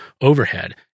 overhead